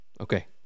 Okay